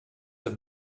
have